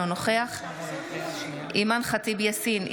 אינו נוכח אימאן ח'טיב יאסין,